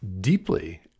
deeply